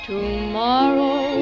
Tomorrow